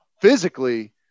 physically